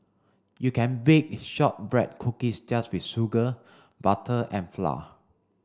you can bake shortbread cookies just with sugar butter and flour